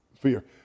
fear